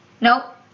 nope